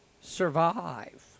survive